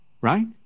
right